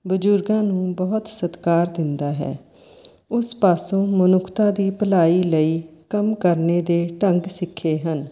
ਬਜ਼ੁਰਗਾਂ ਨੂੰ ਬਹੁਤ ਸਤਿਕਾਰ ਦਿੰਦਾ ਹੈ ਉਸ ਪਾਸੋਂ ਮਨੁੱਖਤਾ ਦੀ ਭਲਾਈ ਲਈ ਕੰਮ ਕਰਨੇ ਦੇ ਢੰਗ ਸਿੱਖੇ ਹਨ